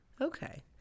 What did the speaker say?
Okay